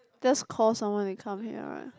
just call someone to come here right